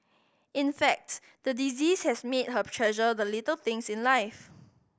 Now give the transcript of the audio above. in fact the disease has made her treasure the little things in life